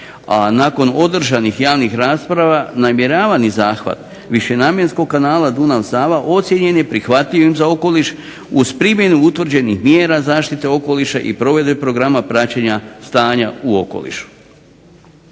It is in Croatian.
nakon održanih javnih rasprava namjeravani zahvat višenamjenskog kanala Dunav-Sava ocijenjen je prihvatljivim za okoliš, uz primjenu utvrđenih mjera zaštite okoliša i provedbe programa praćenja stanja u okolišu.